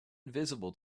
visible